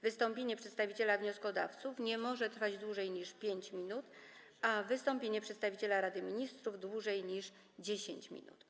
Wystąpienie przedstawiciela wnioskodawców nie może trwać dłużej niż 5 minut, a wystąpienie przedstawiciela Rady Ministrów - dłużej niż 10 minut.